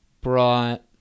brought